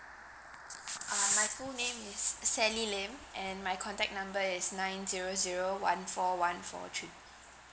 uh my full name is sally lim and my contact number is nine zero zero one four one four three